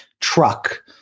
truck